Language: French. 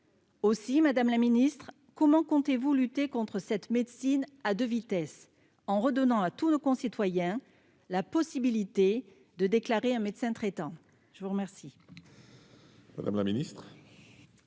Aussi, madame la ministre, comment comptez-vous lutter contre cette médecine à deux vitesses et rendre à tous nos concitoyens la possibilité de déclarer un médecin traitant ? La parole est à Mme la ministre